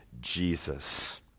Jesus